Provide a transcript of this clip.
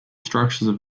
structures